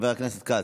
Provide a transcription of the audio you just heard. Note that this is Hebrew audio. חבר הכנסת כץ,